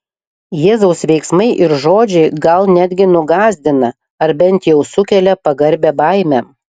jėzaus veiksmai ir žodžiai gal netgi nugąsdina ar bent jau sukelia pagarbią baimę